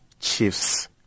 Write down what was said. chiefs